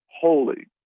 holy